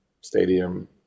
stadium